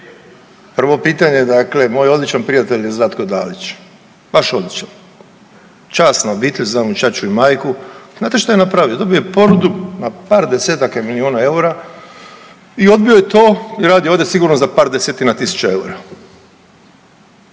Prvo pitanje dakle moj odličan prijatelj je Zlatko Dalić, baš odličan. Časna obitelj, znam mu ćaću i majku, znate šta je napravio, dobio je ponudu na par desetaka milijuna eura i odbio je to i radi ovdje sigurno za par desetina tisuća eura.